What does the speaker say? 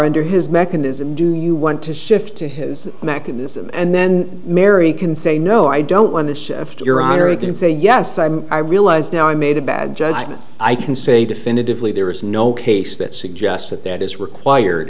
under his mechanism do you want to shift to his mechanism and then mary can say no i don't want to shift your honor and then say yes i realize now i made a bad judgment i can say definitively there is no case that suggests that that is required